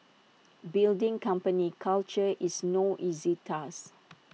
building company culture is no easy task